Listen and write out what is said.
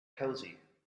cosy